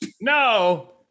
no